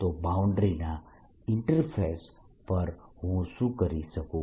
તો બાઉન્ડ્રી ના ઇન્ટરફેસ પર હું શું કરી શકું